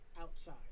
outside